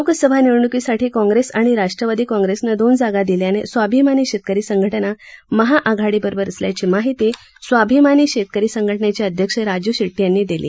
लोकसभा निवडणुकीसाठी काँग्रेस आणि राष्ट्रवादी काँग्रेसनं दोन जागा दिल्यानं स्वाभिमानी शेतकरी संघटना महाआघाडीबरोबर असल्याची माहिती स्वाभिमानी शेतकरी संघटनेचे अध्यक्ष राजू शेट्टी यांनी दिली